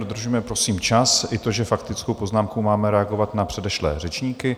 Dodržujme prosím čas i to, že faktickou poznámkou máme reagovat na předešlé řečníky.